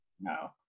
No